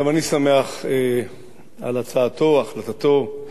גם אני שמח על הצעתו, החלטתו,